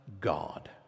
God